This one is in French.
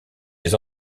les